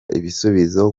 ibisubizo